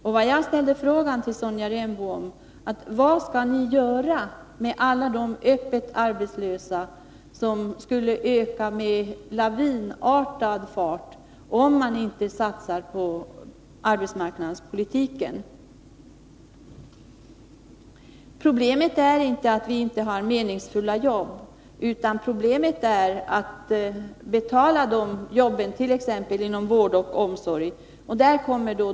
Den fråga jag ställde till Sonja Rembo var: Vad vill ni göra med alla de öppet arbetslösa vars antal skulle öka med lavinartad fart, om man inte satsade på arbetsmarknadspolitiken? Problemet är inte att vi inte har meningsfulla jobb, utan svårigheterna består i att betala för sådana jobb inom t.ex. vårdoch omsorgssektorerna.